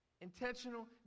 Intentional